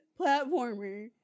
platformer